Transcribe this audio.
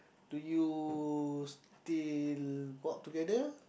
do you still go out together